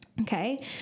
Okay